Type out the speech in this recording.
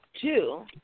two